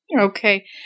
Okay